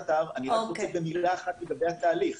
במילה אחת לגבי התהליך.